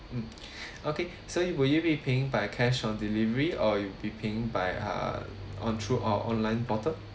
mm okay so you will you be paying by cash on delivery or you'll be paying by uh or through our online portal